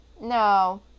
No